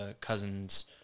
cousins